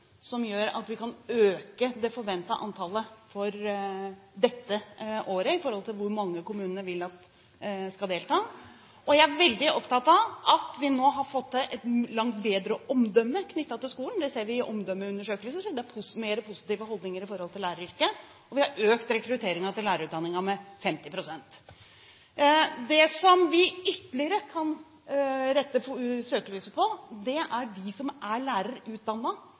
som gjør at vi kan øke det forventede antallet for dette året, med tanke på hvor mange kommunene vil skal delta, og jeg er veldig opptatt av at vi nå har fått til et langt bedre omdømme knyttet til skolen. Det ser vi i omdømmeundersøkelser. Det er mer positive holdninger til læreryrket, og vi har økt rekrutteringen til lærerutdanningen med 50 pst. Det som vi ytterligere kan rette søkelyset mot, er dem som er lærerutdannet, men som